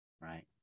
Right